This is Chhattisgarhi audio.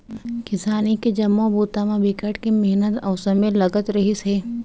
किसानी के जम्मो बूता म बिकट के मिहनत अउ समे लगत रहिस हे